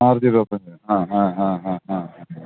March ഇരുപത്തി അഞ്ച് ങാ ങാ ങാ ങാ ങാ